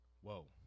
Whoa